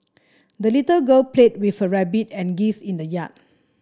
the little girl played with her rabbit and geese in the yard